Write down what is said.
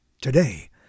today